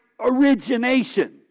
origination